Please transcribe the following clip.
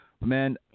Man